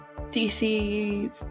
DC